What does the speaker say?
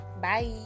bye